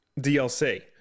DLC